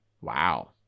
Wow